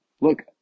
look